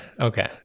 okay